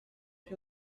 qui